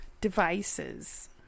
devices